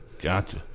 Gotcha